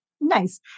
Nice